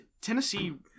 Tennessee